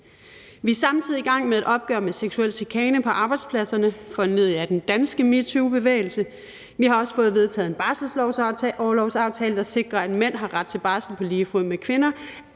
Vi er samtidig i gang med et opgør med seksuel chikane på arbejdspladserne foranlediget af den danske metoobevægelse. Vi har også fået vedtaget en aftale om barselsorlov, der sikrer, at mænd har ret til barsel på lige fod med kvinder.